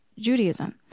Judaism